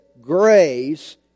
grace